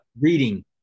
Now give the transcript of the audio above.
Reading